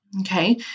Okay